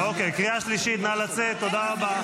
--- קריאה שלישית, נא לצאת, תודה רבה.